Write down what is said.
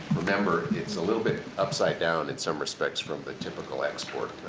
remember, it's a little bit upside down in some respects from the typical export.